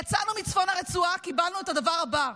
יצאנו מצפון הרצועה, קיבלנו את הדבר הבא: